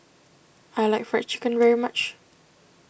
I like Fried Chicken very much